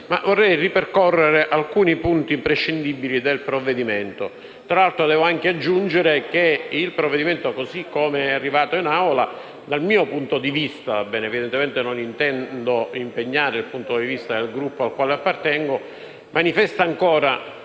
vorrei ripercorrere alcuni punti imprescindibili del provvedimento. Tra l'altro devo aggiungere che il provvedimento, così come è arrivato in Aula, manifesta dal mio punto di vista (evidentemente non intendo impegnare il Gruppo al quale appartengo) ancora